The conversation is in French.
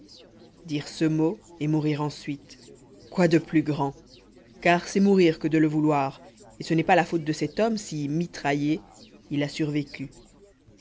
dire ce mot et mourir ensuite quoi de plus grand car c'est mourir que de le vouloir et ce n'est pas la faute de cet homme si mitraillé il a survécu